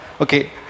Okay